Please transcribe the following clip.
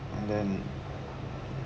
and then